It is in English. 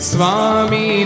Swami